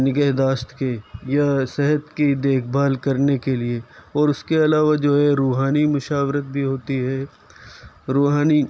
نگہداشت کے یا صحت کی دیکھ بھال کرنے کے لیے اور اس کے علاوہ جو ہے روحانی مشاورت بھی ہوتی ہے روحانی